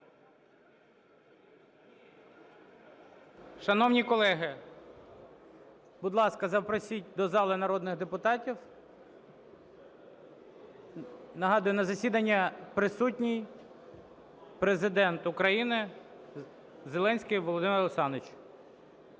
Шановні колеги, будь ласка, запросіть до залу народних депутатів. Нагадую, на засіданні присутній Президент України Зеленський Володимир Олександрович.